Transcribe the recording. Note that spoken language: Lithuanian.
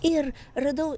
ir radau